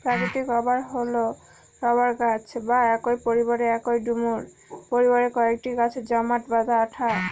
প্রাকৃতিক রবার হল রবার গাছ বা একই পরিবারের এবং ডুমুর পরিবারের কয়েকটি গাছের জমাট বাঁধা আঠা